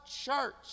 church